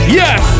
yes